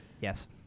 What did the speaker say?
Yes